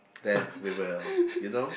then we will you know